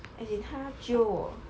as in 他 jio 我